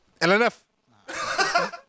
L-N-F